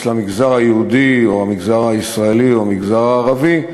למגזר היהודי או המגזר הישראלי או המגזר הערבי,